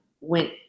went